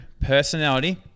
personality